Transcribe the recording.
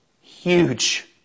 huge